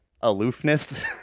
aloofness